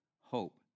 hope